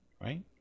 Right